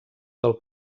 del